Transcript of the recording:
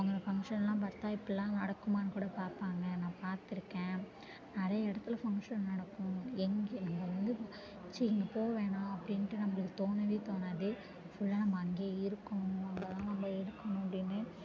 அவங்க ஃபங்க்ஷன்லாம் பார்த்தா இப்பில்லாம் நடக்குமான்னுகூட பார்ப்பாங்க நான் பார்த்துருக்கேன் நிறைய இடத்துல ஃபங்க்ஷன் நடக்கும் எங்கே இங்கே வந்து சரி இங்கே போ வேணா அப்படின்ட்டு நம்பளுக்கு தோணவே தோணாது ஃபுல்லாக நம்ம அங்கேயே இருக்கனும் அங்கே தான் நம்ப இருக்கனும் அப்படின்னு